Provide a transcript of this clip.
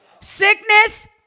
Sickness